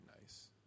nice